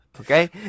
Okay